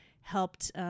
helped